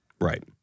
Right